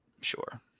Sure